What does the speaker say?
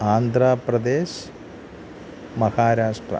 Andhra Pradesh Maharashtra